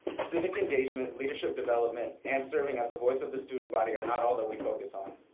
civic engagement, leadership development, and serving as the voice of the student body are not all that we focus on.